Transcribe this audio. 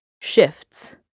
shifts